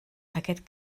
aquest